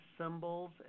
symbols